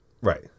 Right